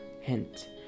hint